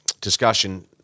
discussion